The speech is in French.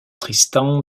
tristan